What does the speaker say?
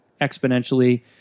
exponentially